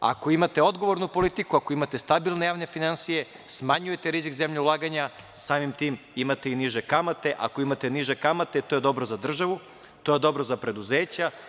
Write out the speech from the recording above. Ako imate odgovornu politiku, stabilne javne finansije, smanjujete rizik zemlje ulaganja, samim tim, imate i niže kamate, a ako imate niže kamate, to je dobro za državu, to je dobro za preduzeća.